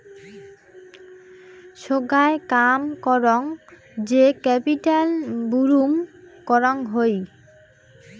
সোগায় কাম করং যে ক্যাপিটাল বুরুম করং হই